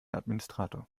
administrator